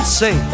say